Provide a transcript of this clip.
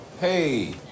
Hey